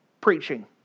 Preaching